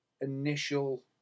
initial